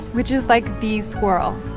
which is like the squirrel.